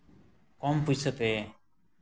ᱠᱚᱢ ᱯᱩᱭᱥᱟᱹᱛᱮ